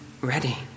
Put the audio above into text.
ready